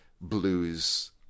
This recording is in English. blues